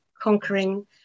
conquering